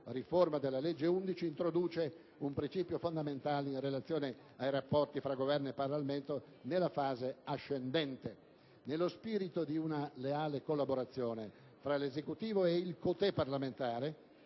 riforma della legge n. 11, introduce un principio fondamentale in relazione ai rapporti tra Governo e Parlamento nella fase ascendente. Nello spirito di una leale collaborazione tra l'Esecutivo e il *côté* parlamentare,